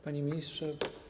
Panie Ministrze!